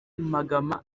magama